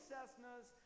Cessnas